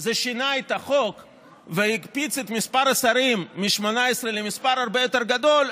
זה לשנות את החוק ולהקפיץ את מספר השרים מ-18 למספר הרבה יותר גדול.